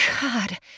God